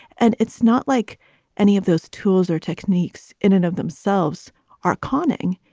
and it's not like any of those tools or techniques in and of themselves are conning.